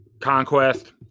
Conquest